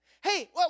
Hey